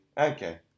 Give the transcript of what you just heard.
okay